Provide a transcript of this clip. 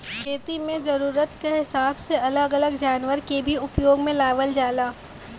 खेती में जरूरत क हिसाब से अलग अलग जनावर के भी उपयोग में लावल जाला